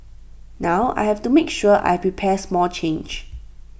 now I have to make sure I prepare small change